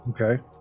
Okay